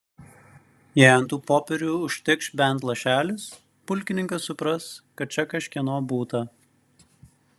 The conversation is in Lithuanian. jei ant tų popierių užtikš bent lašelis pulkininkas supras kad čia kažkieno būta